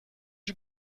you